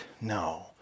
No